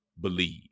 believe